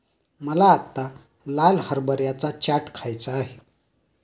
मला आत्ता लाल हरभऱ्याचा चाट खायचा आहे